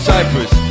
Cyprus